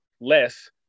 less